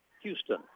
Houston